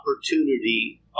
opportunity